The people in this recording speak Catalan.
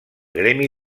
gremi